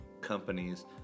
companies